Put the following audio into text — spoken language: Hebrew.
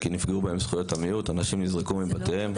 כי נפגעו בהם זכויות המיעוט, אנשים נזרקו מבתיהם?